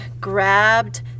grabbed